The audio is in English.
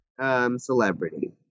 celebrity